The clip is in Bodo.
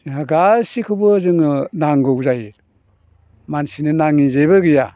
जोंहा गासिखौबो जोङो नांगौ जायो मानसिनो नाङै जेबो गैया